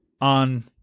on